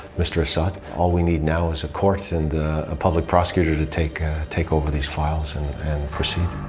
mr assad. all we need now is a court and a public prosecutor to take ah take over these files and proceed.